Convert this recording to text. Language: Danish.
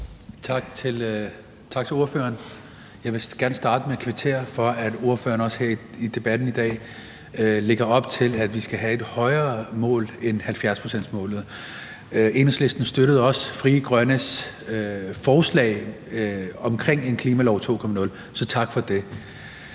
Tak til ordføreren. Jeg vil gerne starte med at kvittere for, at ordføreren også her i debatten i dag lægger op til, at vi skal have et højere mål end 70-procentsmålet. Enhedslisten støttede også Frie Grønnes forslag om en klimalov 2.0, så tak for det.